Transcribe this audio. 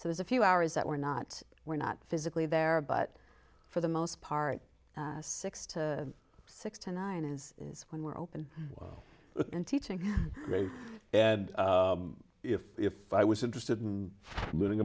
so it's a few hours that we're not we're not physically there but for the most part six to six to nine is when we're open and teaching and if if i was interested in learning